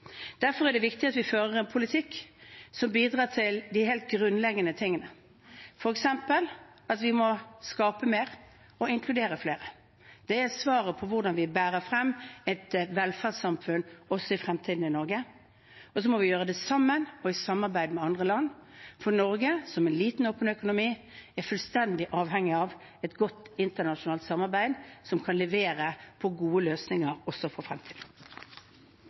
Derfor er det viktig at vi fører en politikk som bidrar til de helt grunnleggende tingene, f.eks. at vi må skape mer og inkludere flere. Det er svaret på hvordan vi bærer frem et velferdssamfunn også i fremtiden i Norge, og så må vi gjøre det sammen og i samarbeid med andre land, for Norge, som en liten, åpen økonomi, er fullstendig avhengig av et godt internasjonalt samarbeid som kan levere på gode løsninger også for